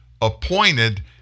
appointed